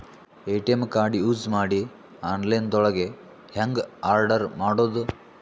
ATM card use ಮಾಡಿ online ದೊಳಗೆ ಹೆಂಗ್ ಆರ್ಡರ್ ಮಾಡುದು?